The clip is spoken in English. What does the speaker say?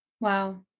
Wow